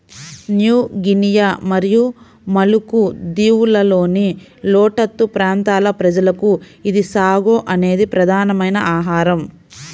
new Guinea మరియు Maluku దీవులలోని లోతట్టు ప్రాంతాల ప్రజలకు ఇది సాగో అనేది ప్రధానమైన ఆహారం